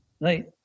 right